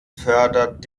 fördert